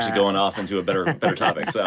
going off into a better better topic. yeah